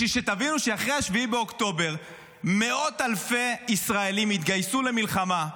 בשביל שתבינו שאחרי 7 באוקטובר מאות אלפי ישראלים התגייסו למלחמה,